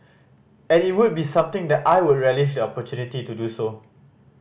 and it would be something that I would relish the opportunity to do so